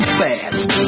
fast